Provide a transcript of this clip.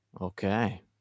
Okay